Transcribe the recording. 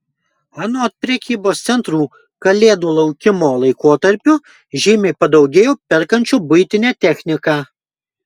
anot prekybos centrų kalėdų laukimo laikotarpiu žymiai padaugėjo perkančių buitinę techniką